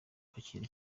kwakira